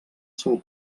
sol